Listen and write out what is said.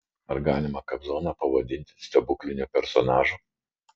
ar galima kobzoną pavadinti stebukliniu personažu